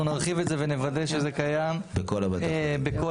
אנחנו נרחיב את זה ונוודא שזה קיים בכל המקומות.